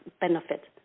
benefit